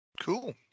Cool